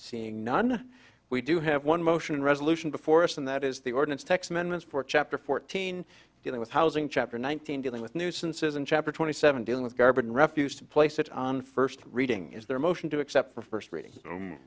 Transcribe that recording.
none we do have one motion resolution before us and that is the ordinance text meant for chapter fourteen dealing with housing chapter nineteen dealing with nuisances in chapter twenty seven dealing with garbage and refuse to place it on first reading is their motion to except for first reading